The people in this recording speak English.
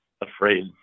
afraid